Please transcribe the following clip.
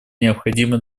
необходимы